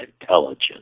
intelligence